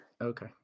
okay